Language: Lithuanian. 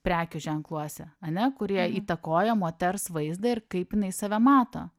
prekių ženkluose ane kurie įtakoja moters vaizdą ir kaip jinai save mato